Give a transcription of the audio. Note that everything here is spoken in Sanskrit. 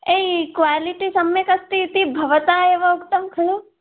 एय् क्वालिटि सम्यगस्तीति भवता एव उक्तं खलु